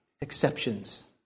exceptions